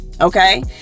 Okay